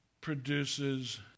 produces